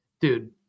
dude